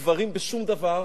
מאלה של גברים בשום דבר,